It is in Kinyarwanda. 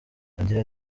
agira